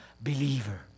believer